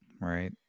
Right